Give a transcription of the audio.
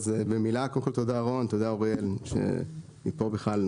קודם כל תודה, רון, תודה אוריאל שאני פה נוכח.